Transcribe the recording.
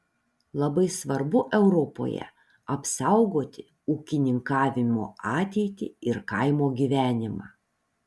labai svarbu europoje apsaugoti ūkininkavimo ateitį ir kaimo gyvenimą